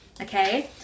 okay